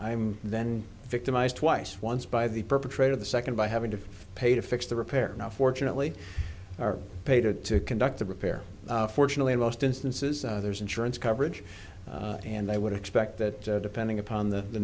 i'm then victimized twice once by the perpetrator the second by having to pay to fix the repair now fortunately our pay to conduct the repair fortunately in most instances there's insurance coverage and i would expect that depending upon the